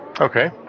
Okay